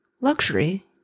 luxury